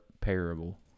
parable